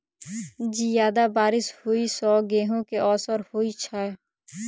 जियादा बारिश होइ सऽ गेंहूँ केँ असर होइ छै?